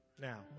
now